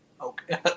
okay